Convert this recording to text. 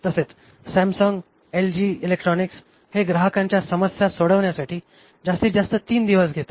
तसेच सॅमसंग आणि LG electronics हे ग्राहकांच्या समस्या सोडवण्यासाठी जास्तीत जास्त ३ दिवस घेतात